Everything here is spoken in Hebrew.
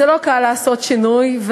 לא קל לעשות שינוי,